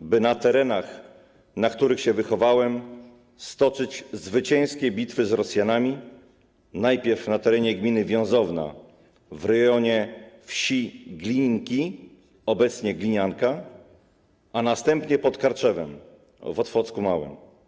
by na terenach, na których się wychowałem, stoczyć zwycięskie bitwy z Rosjanami, najpierw na terenie gminy Wiązowna w rejonie wsi Glinki, obecnie Glinianki, a następnie pod Karczewem w Otwocku Małym.